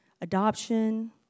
adoption